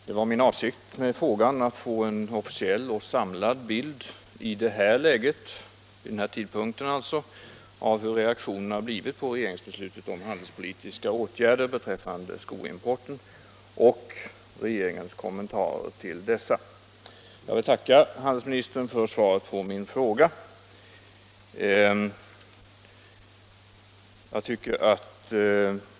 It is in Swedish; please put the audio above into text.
Herr talman! Avsikten med min fråga var att få en officiell och samlad bild av läget vid denna tidpunkt vad gäller reaktionen på regeringsbeslutet om handelspolitiska åtgärder beträffande skoimporten och regeringens kommentarer till dessa. Jag vill tacka handelsministern för svaret på min fråga.